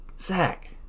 Zach